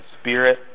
spirit